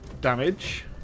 damage